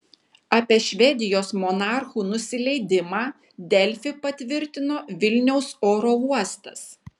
apie švedijos monarchų nusileidimą delfi patvirtino vilniaus oro uostas